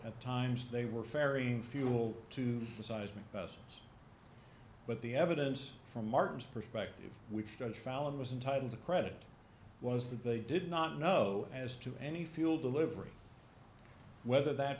at times they were ferrying fuel to the seismic tests but the evidence from martin's perspective which shows fallon was entitle to credit was that they did not know as to any fuel delivery whether that